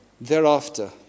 Thereafter